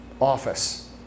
office